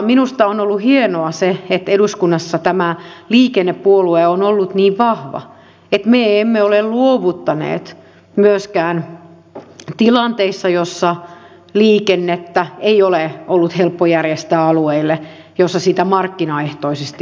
minusta on ollut hienoa se että eduskunnassa tämä liikennepuolue on ollut niin vahva että me emme ole luovuttaneet myöskään tilanteissa joissa liikennettä ei ole ollut helppo järjestää alueille missä sitä markkinaehtoisesti ei synny